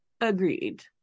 Agreed